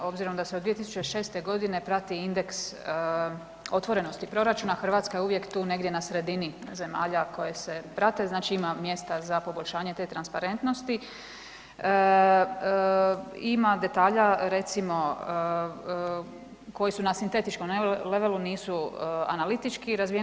Obzirom da se od 2006. godine prati indeks otvorenosti proračuna Hrvatska je uvijek tu negdje na sredini zemalja koje se prate, znači ima mjesta za poboljšanje te transparentnosti, ima detalja koji su na sintetičkom levelu nisu analitički razvijeni.